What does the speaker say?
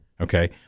okay